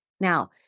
Now